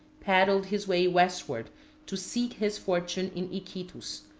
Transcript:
paddled his way westward to seek his fortune in iquitus.